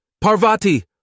Parvati